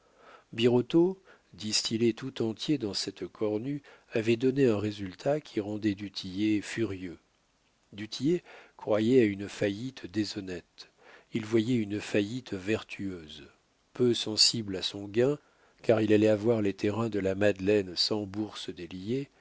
birotteau distillé tout entier dans cette cornue avait donné un résultat qui rendait du tillet furieux du tillet croyait à une faillite déshonnête il voyait une faillite vertueuse peu sensible à son gain car il allait avoir les terrains de la madeleine sans bourse délier